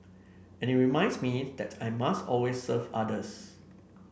and it reminds me that I must always serve others